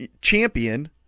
champion